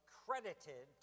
credited